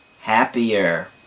happier